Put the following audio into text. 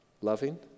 loving